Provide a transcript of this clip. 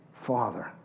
Father